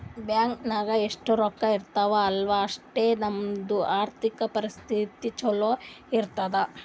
bank ನಾಗ್ ಎಷ್ಟ ರೊಕ್ಕಾ ಇರ್ತಾವ ಅಲ್ಲಾ ಅಷ್ಟು ನಮ್ದು ಆರ್ಥಿಕ್ ಪರಿಸ್ಥಿತಿ ಛಲೋ ಇರ್ತುದ್